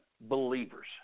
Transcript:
believers